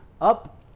Up